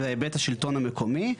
בהיבט השלטון המקומי,